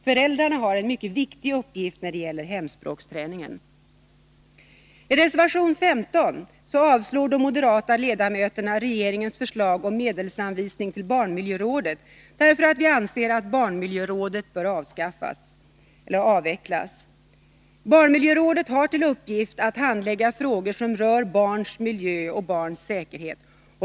Föräldrarna har en mycket viktig uppgift när det gäller hemspråksträningen. I reservation 15 avstyrker de moderata ledamöterna regeringens förslag om medelsanvisning till barnmiljörådet, därför att vi anser att barnmiljörådet bör avvecklas. Barnmiljörådet har till uppgift att handlägga frågor som rör barns miljö och säkerhet.